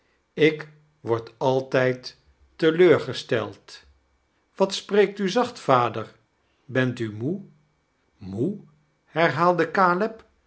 ik word altijd teletwgesteld wat spreekt u zaqht vader bent u moe moe herhaajdse